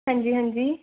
ਹਾਂਜੀ ਹਾਂਜੀ